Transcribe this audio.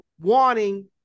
wanting